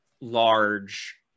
large